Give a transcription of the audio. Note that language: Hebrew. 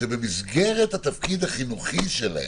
שעושים עבירה במסגרת התפקיד החינוכי שלהם.